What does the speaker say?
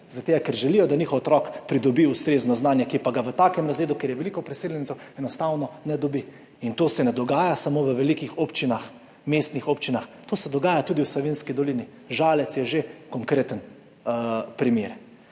ker želijo, da njihov otrok pridobi ustrezno znanje, ki pa ga v takem razredu, kjer je veliko priseljencev, enostavno ne dobi. In to se ne dogaja samo v velikih občinah, mestnih občinah, to se dogaja tudi v Savinjski dolini, Žalec je že konkreten primer.